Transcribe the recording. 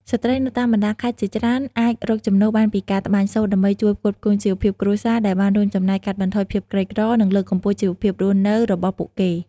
ស្ត្រីនៅតាមបណ្តាខេត្តជាច្រើនអាចរកចំណូលបានពីការត្បាញសូត្រ ដើម្បីជួយផ្គត់ផ្គង់ជីវភាពគ្រួសារ ដែលបានរួមចំណែកកាត់បន្ថយភាពក្រីក្រ និងលើកកម្ពស់ជីវភាពរស់នៅរបស់ពួកគេ។